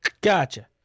Gotcha